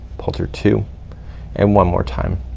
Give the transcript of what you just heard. pull through two and one more time.